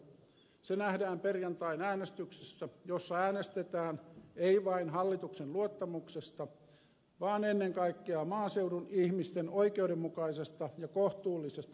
se nähdään perjantain äänestyksessä jossa äänestetään ei vain hallituksen luottamuksesta vaan ennen kaikkea maaseudun ihmisten oikeudenmukaisesta ja kohtuullisesta kohtelusta